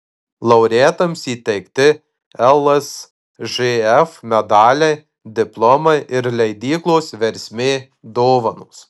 laureatams įteikti lsžf medaliai diplomai ir leidyklos versmė dovanos